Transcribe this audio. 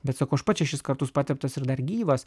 bet sakau aš pats šešis kartus pateptas ir dar gyvas